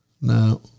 No